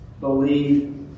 believe